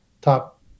top